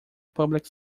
public